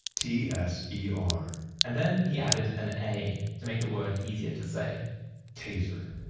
t s e r and then, he added an a to make the word easier to say taser